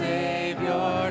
Savior